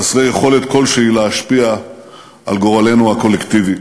חסרי יכולת כלשהי להשפיע על גורלנו הקולקטיבי,